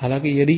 हालाँकि यदि